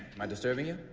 am i disturbing you?